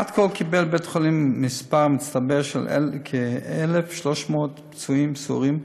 עד כה קיבל בית-החולים מספר מצטבר של כ-1,300 פצועים סורים,